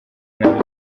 nabi